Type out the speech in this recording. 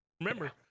Remember